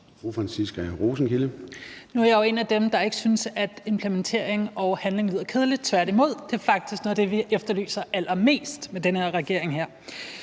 Nu er jeg jo en af dem, der ikke synes, at implementering og handling lyder kedeligt, tværtimod. Det er faktisk noget af det, vi efterlyser allermest hos den her regering.